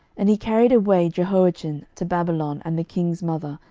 and he carried away jehoiachin to babylon, and the king's mother,